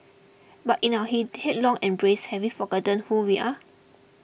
but in our hit headlong embrace have we forgotten who we are